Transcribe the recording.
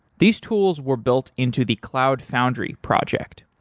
these tools were built into the cloud foundry project,